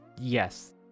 Yes